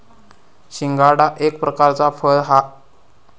शिंगाडा एक प्रकारचा फळ हा